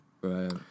Right